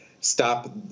stop